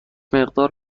مقدار